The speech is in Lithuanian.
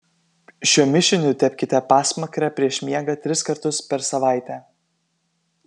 šiuo mišiniu tepkite pasmakrę prieš miegą tris kartus per savaitę